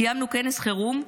קיימנו כנס חירום,